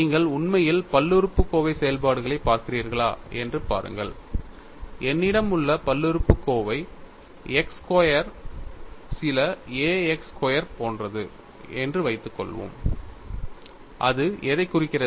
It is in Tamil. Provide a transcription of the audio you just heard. நீங்கள் உண்மையில் பல்லுறுப்புக்கோவை செயல்பாடுகளைப் பார்க்கிறீர்களா என்று பாருங்கள் என்னிடம் உள்ள பல்லுறுப்புக்கோவை x ஸ்கொயர் சில a x ஸ்கொயர் போன்றது என்று வைத்துக்கொள்வோம் அது எதைக் குறிக்கிறது